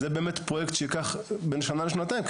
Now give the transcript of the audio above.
זה פרויקט שייקח בין שנה לשנתיים,